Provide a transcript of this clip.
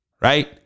Right